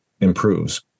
improves